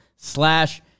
slash